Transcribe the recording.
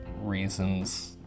reasons